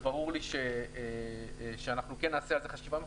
וברור לי שאנחנו נעשה אז חשיבה מחודשת.